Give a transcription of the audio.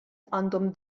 għandhom